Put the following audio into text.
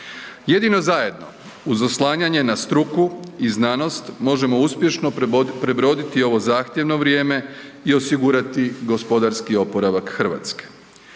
Jedino zajedno uz oslanjanje na struku i znanost možemo uspješno prebroditi ovo zahtjevno vrijeme i osigurati gospodarski oporavak Hrvatske.